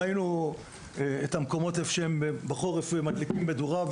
ראינו את המקומות שבהם בחורף הם מדליקים מדורה,